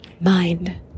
mind